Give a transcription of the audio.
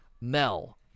Mel